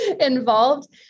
involved